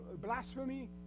blasphemy